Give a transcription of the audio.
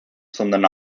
sondern